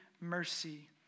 mercy